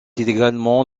également